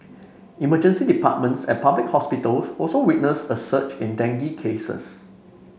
emergency departments at public hospitals also witnessed a surge in dengue cases